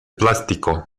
plástico